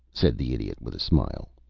said the idiot, with a smile,